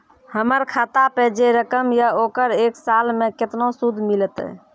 हमर खाता पे जे रकम या ओकर एक साल मे केतना सूद मिलत?